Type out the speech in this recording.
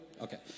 Okay